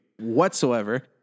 whatsoever